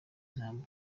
intambwe